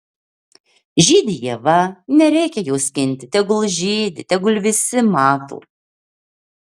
žydi ieva nereikia jos skinti tegul žydi tegul visi mato